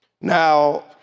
Now